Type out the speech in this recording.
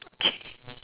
okay